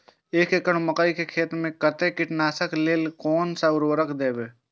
एक एकड़ मकई खेत में कते कीटनाशक के लेल कोन से उर्वरक देव?